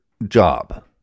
Job